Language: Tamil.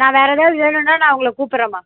நான் வேறு ஏதாவது வேணும்னா நான் உங்களை கூப்புடுறேம்மா